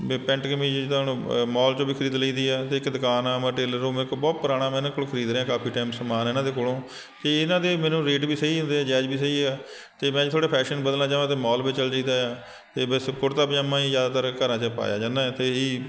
ਵੀ pant ਕਮੀਜ਼ ਜਿੱਦਾਂ ਹੁਣ ਅ ਮੋਲ 'ਚੋਂ ਵੀ ਖਰੀਦ ਲਈਦੀ ਆ ਅਤੇ ਇੱਕ ਦੁਕਾਨ ਆ ਮੈਂ ਟੇਲਰ ਉਹ ਮੇਰੇ ਕੋਲ ਬਹੁਤ ਪੁਰਾਣਾ ਮੈਂ ਉਨ੍ਹਾਂ ਕੋਲ ਖਰੀਦ ਰਿਹਾ ਕਾਫੀ ਟਾਈਮ ਸਮਾਨ ਇਹਨਾਂ ਦੇ ਕੋਲੋਂ ਅਤੇ ਇਹਨਾਂ ਦੇ ਮੈਨੂੰ ਰੇਟ ਵੀ ਸਹੀ ਹੁੰਦੇ ਜਾਇਜ਼ ਵੀ ਸਹੀ ਆ ਅਤੇ ਮੈਂ ਜੇ ਥੋੜ੍ਹਾ ਫੈਸ਼ਨ ਬਦਲਣਾ ਚਾਹਵਾਂ ਤਾਂ ਮੋਲ ਵੀ ਚਲ ਜਾਈਦਾ ਆ ਅਤੇ ਵੈਸੇ ਕੁੜਤਾ ਪਜਾਮਾ ਹੀ ਜ਼ਿਆਦਾਤਰ ਘਰਾਂ 'ਚ ਪਾਇਆ ਜਾਂਦਾ ਅਤੇ ਹੀ